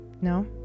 No